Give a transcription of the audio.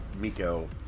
Miko